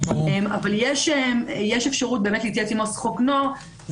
אבל יש אפשרות להתייעץ עם עו"ס חוק נוער,